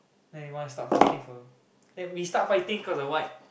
then they want to start for then we start fighting cause of what